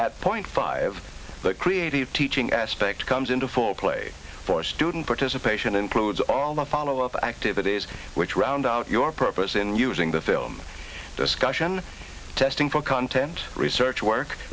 at point five the creative teaching aspect comes into foreplay for student participation includes all the follow up activities which round out your purpose in using the film discussion testing for content research work